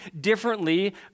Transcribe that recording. differently